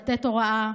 לתת הוראה.